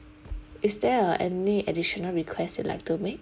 is there uh any additional request you'd like to make